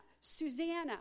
Susanna